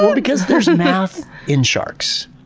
because there's math in sharks.